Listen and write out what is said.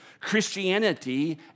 Christianity